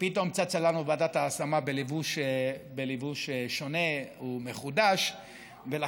אני ציינתי, ואני חוזר ומציין את